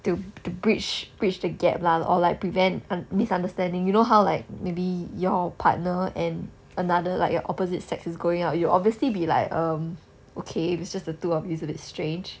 to to bridge bridge the gap lah or like prevent misunderstanding you know how like maybe your partner and another like your opposite sex is going out you will obviously be like err okay it's just the two of you it's a bit strange